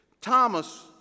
Thomas